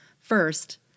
First